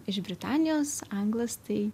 iš britanijos anglas tai